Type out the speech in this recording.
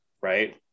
right